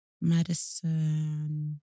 Madison